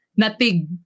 natig